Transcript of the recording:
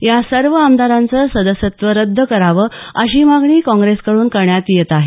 या सर्व आमदारांचं सदस्यत्व रद्द करावं अशी मागणी काँग्रेसकडून करण्यात येत आहे